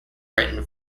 written